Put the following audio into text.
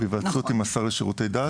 בהיוועצות עם השר לשירותי דת.